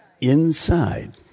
inside